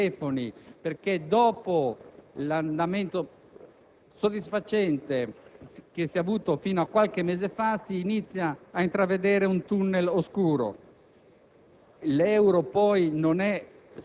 È sotto gli occhi di tutti l'andamento del PIL. Molte imprese, molti amici imprenditori in questa fase vedono paurosamente muti i fax e i telefoni perché, dopo l'andamento